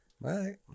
right